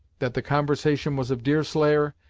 that the conversation was of deerslayer,